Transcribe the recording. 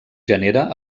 genera